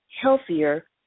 healthier